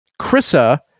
Krissa